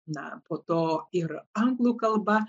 na po to ir anglų kalba